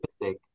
Mistake